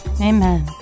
Amen